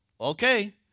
okay